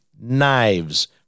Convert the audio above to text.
knives